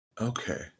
Okay